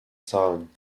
zahlen